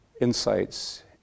insights